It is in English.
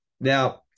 Now